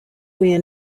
where